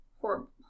horrible